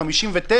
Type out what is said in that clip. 59,